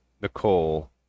Nicole